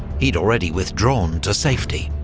he'd already withdrawn to safety.